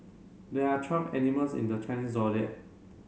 there are twelve animals in the Chinese Zodiac